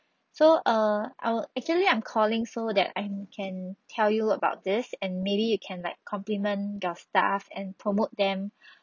so err I'll actually I'm calling so that I can tell you about this and maybe you can like compliment your staff and promote them